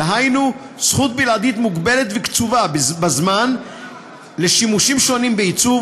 דהיינו זכות בלעדית מוגבלת וקצובה בזמן לשימושים שונים בעיצוב,